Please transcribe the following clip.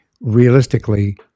realistically